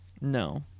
No